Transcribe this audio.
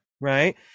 right